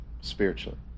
spiritually